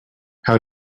how